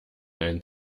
einen